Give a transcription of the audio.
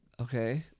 Okay